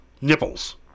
nipples